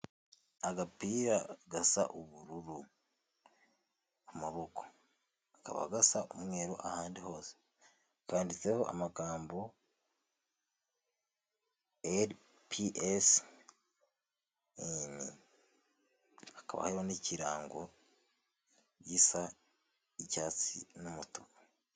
Agapira gasa ubururu ku maboko kakaba gasa umweru ahandi hose kanditseho amagambo eli pi esi ini hakaba hariho n'ikirango gisa icyatsi n'umutuku.